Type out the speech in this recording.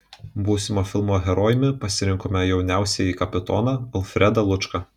būsimo filmo herojumi pasirinkome jauniausiąjį kapitoną alfredą lučką